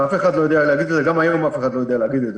אף אחד לא יודע להגיד את זה.